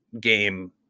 game